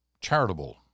charitable